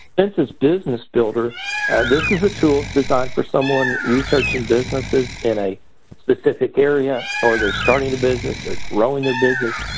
census business builder this is a tool designed for someone researching businesses in a specific area, or they're starting a business, they're growing a business.